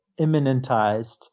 immanentized